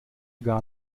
gar